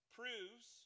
proves